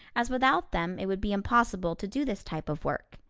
as without them it would be impossible to do this type of work.